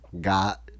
Got